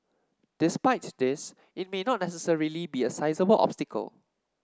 despite this it may not necessarily be a sizeable obstacle